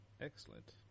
Excellent